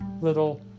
little